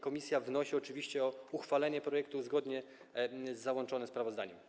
Komisja wnosi oczywiście o uchwalenie projektu, zgodnie ze sprawozdaniem.